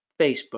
facebook